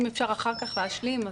אם אפשר אחר כך להשלים.